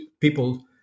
people